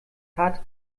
hat